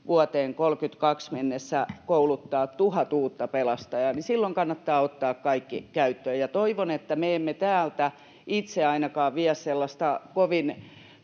vuoteen 32 mennessä kouluttaa tuhat uutta pelastajaa. Silloin kannattaa ottaa kaikki käyttöön. Toivon, että me emme täältä itse ainakaan vie sellaista kovin